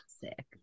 Sick